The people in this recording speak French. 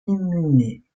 inhumée